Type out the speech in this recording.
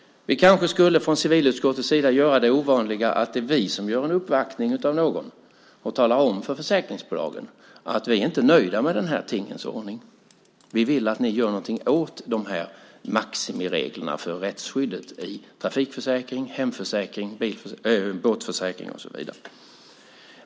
Från civilutskottet borde vi kanske göra det ovanliga att göra en uppvaktning av någon och tala om för försäkringsbolagen att vi inte är nöjda med denna tingens ordning och att vi vill att ni gör något åt maximireglerna för rättsskyddet i trafikförsäkring, hemförsäkring, båtförsäkring och så vidare.